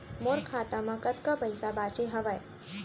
मोर खाता मा कतका पइसा बांचे हवय?